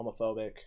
Homophobic